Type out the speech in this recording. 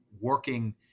working